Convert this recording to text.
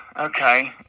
Okay